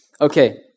Okay